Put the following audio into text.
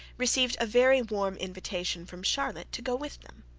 received a very warm invitation from charlotte to go with them.